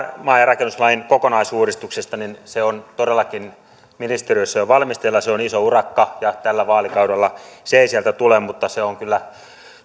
maa ja rakennuslain kokonaisuudistuksesta se on todellakin ministeriössä jo valmisteilla se on iso urakka ja tällä vaalikaudella se ei sieltä tule mutta se on kyllä